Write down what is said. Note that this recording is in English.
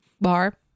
Bar